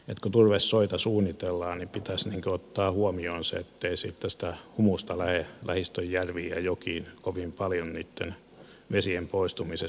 nyt kun turvesoita suunnitellaan niin pitäisi ottaa huomioon se ettei sitten sitä humusta lähde lähistön järviin ja jokiin kovin paljon vesien poistumisessa